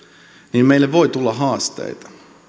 niin meille voi tulla haasteita